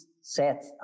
set